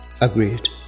agreed